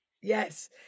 Yes